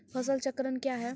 फसल चक्रण कया हैं?